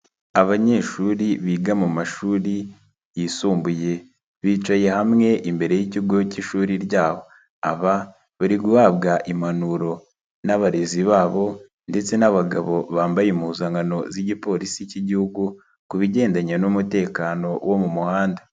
Abanyeshuri biga mu mashuri yisumbuye bicaye hamwe imbere y'ikigo cy'ishuri ryabo, aba bari guhabwa impanuro n'abarezi babo ndetse n'abagabo bambaye impuzankano z'igipolisi cy'igihugu ku bigendanye n'umutekano wo mu muhanda.